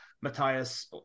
Matthias